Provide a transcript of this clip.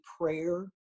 prayer